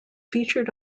featured